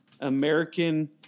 american